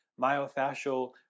myofascial